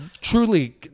truly